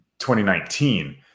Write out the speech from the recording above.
2019